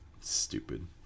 Stupid